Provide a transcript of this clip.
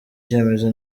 cyemezo